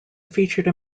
featured